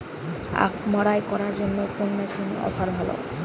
আখ মাড়াই করার জন্য কোন মেশিনের অফার ভালো?